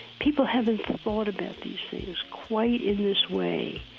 people haven't thought about these things quite in this way,